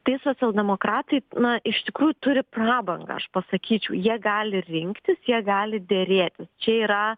tai socialdemokratai na iš tikrųjų turi prabangą aš pasakyčiau jie gali rinktis jie gali derėtis čia yra